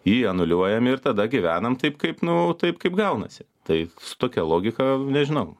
jį anuliuojam ir tada gyvenam taip kaip nu taip kaip gaunasi tai su tokia logika nežinau